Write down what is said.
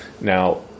Now